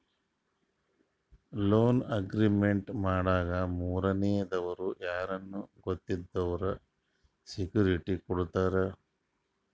loan agreement ಮಾಡಾಗ ಮೂರನೇ ದವ್ರು ಯಾರ್ನ ಗೊತ್ತಿದ್ದವ್ರು ಸೆಕ್ಯೂರಿಟಿ ಕೊಡ್ತಾರ